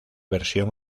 versión